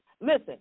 Listen